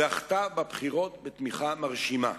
זכתה בבחירות בתמיכה מרשימה,